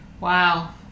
wow